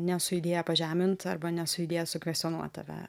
ne su idėja pažemint arba ne su idėja sukvestionuot tave